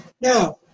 Now